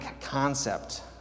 concept